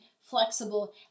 flexible